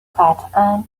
قطعا